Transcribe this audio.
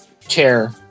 chair